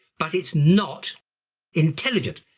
but it's not intelligent.